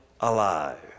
alive